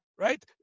right